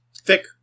thick